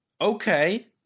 Okay